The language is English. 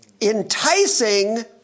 Enticing